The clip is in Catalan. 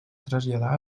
traslladar